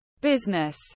business